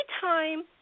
time